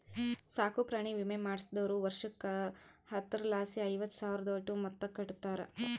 ಸಾಕುಪ್ರಾಣಿ ವಿಮೆ ಮಾಡಿಸ್ದೋರು ವರ್ಷುಕ್ಕ ಹತ್ತರಲಾಸಿ ಐವತ್ತು ಸಾವ್ರುದೋಟು ಮೊತ್ತ ಕಟ್ಟುತಾರ